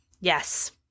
Yes